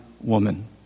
woman